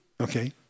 okay